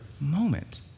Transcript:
moment